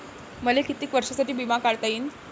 मले कितीक वर्षासाठी बिमा काढता येईन?